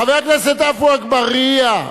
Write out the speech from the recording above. חבר הכנסת עפו אגבאריה,